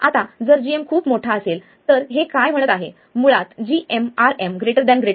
आता जर gm खूप मोठा असेल तर हे काय म्हणत आहे मुळात gmRm